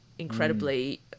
incredibly